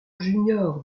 junior